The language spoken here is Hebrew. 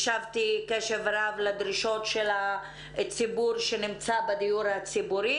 הקשבתי קשב רב לדרישות של הציבור שנמצא בדיור הציבורי.